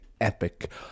epic